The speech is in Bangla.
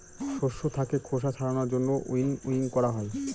শস্য থাকে খোসা ছাড়ানোর জন্য উইনউইং করা হয়